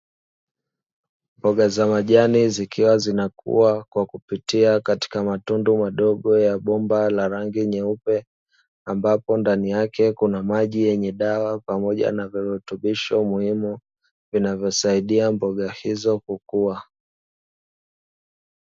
Mboga za majani zikiwa zinakuwa kwa kupitia katika matundu madogo ya bomba la rangi nyeupe, ambapo ndani yake kuna maji yenye dawa pamoja na virutubisho muhimu vinavyosaidia mboga hizo kukua.